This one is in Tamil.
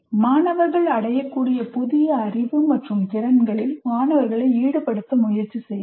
மாணவர்கள் அடையக்கூடிய புதிய அறிவு மற்றும் திறன்களில் மாணவர்களை ஈடுபடுத்த முயற்சி செய்யுங்கள்